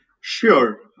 Sure